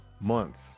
months